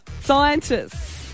Scientists